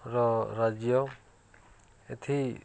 ର ରାଜ୍ୟ ଏଥି